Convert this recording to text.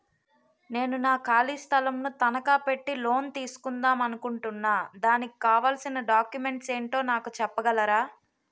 నేను నా ఖాళీ స్థలం ను తనకా పెట్టి లోన్ తీసుకుందాం అనుకుంటున్నా దానికి కావాల్సిన డాక్యుమెంట్స్ ఏంటో నాకు చెప్పగలరా?